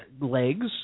legs